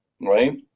right